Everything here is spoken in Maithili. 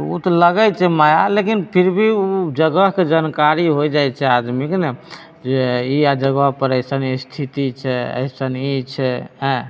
ओ तऽ लगैत छै माया लेकिन फिर भी ओ जगहके जानकारी होइ जाइत छै आदमीके नही जे इएह जगह पर एइसन स्थिति छै एइसन ई छै आयँ